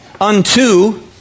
unto